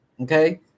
Okay